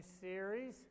series